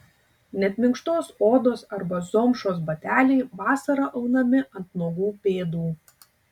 net minkštos odos arba zomšos bateliai vasarą aunami ant nuogų pėdų